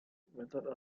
whether